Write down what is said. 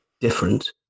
different